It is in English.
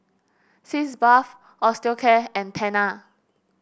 Sitz Bath Osteocare and Tena